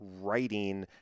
writing